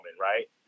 right